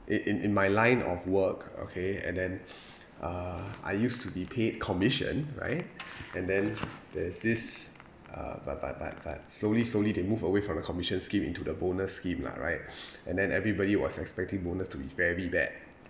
it in in my line of work okay and then uh I used to be paid commission right and then there is this uh but but but but slowly slowly they move away from the commission scheme into the bonus scheme lah right and then everybody was expecting bonus to be very bad